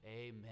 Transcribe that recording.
Amen